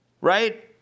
right